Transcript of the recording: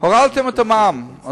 הורדתם את המע"מ,